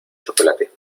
chocolate